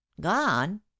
gone